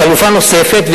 חלופה נוספת,